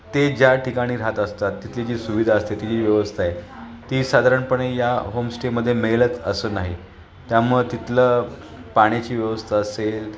ते ज्या ठिकाणी राहत असतात तिथली जी सुविधा असते ती जी व्यवस्था आहे ती साधारणपणे या होमस्टेमध्ये मिळेलच असं नाही त्यामुळं तिथलं पाण्याची व्यवस्था असेल